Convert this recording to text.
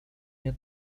nie